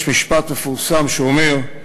יש משפט מפורסם שאומר: